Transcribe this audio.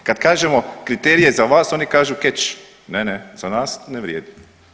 Kad kažemo kriterije za vas oni kažu keč, ne, ne, za nas ne vrijedi.